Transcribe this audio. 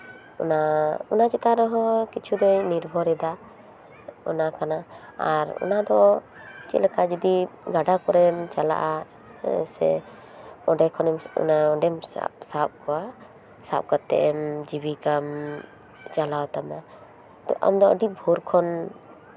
ᱚᱱᱟ ᱚᱱᱟ ᱪᱮᱛᱟᱱ ᱨᱮᱦᱚᱸ ᱠᱤᱪᱷᱩ ᱫᱚᱭ ᱱᱤᱨᱵᱷᱚᱨᱮᱫᱟ ᱚᱱᱟ ᱠᱟᱱᱟ ᱚᱱᱟᱫᱚ ᱪᱮᱫ ᱞᱮᱠᱟ ᱡᱩᱫᱤ ᱜᱟᱰᱟ ᱠᱚᱨᱮᱢ ᱪᱟᱞᱟᱜᱼᱟ ᱦᱮᱸ ᱥᱮ ᱚᱸᱰᱮ ᱠᱷᱮᱢ ᱚᱸᱰᱮᱢ ᱥᱟᱵ ᱠᱚᱣᱟ ᱥᱟᱵ ᱠᱟᱛᱮᱫ ᱮᱢ ᱡᱤᱵᱤᱠᱟᱢ ᱪᱟᱞᱟᱣ ᱛᱟᱢᱟ ᱟᱢᱫᱚ ᱟᱹᱰᱤ ᱵᱷᱳᱨ ᱠᱷᱚᱱ